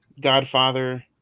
Godfather